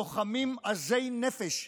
לוחמים עזי נפש,